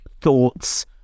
thoughts